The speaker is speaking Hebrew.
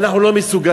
ואנחנו לא מסוגלים.